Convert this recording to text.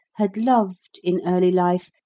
had loved, in early life,